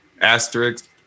asterisk